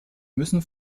müssen